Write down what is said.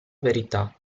verità